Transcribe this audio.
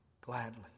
Gladly